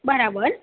બરાબર